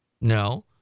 no